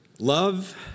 Love